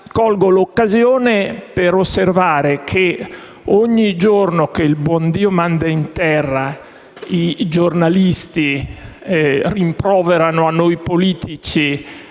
Colgo l'occasione per osservare che ogni giorno che il buon Dio manda in terra i giornalisti, giustamente, rimproverano a noi politici